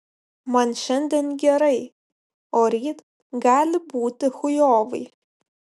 man šiandien gerai o ryt gali būti chujovai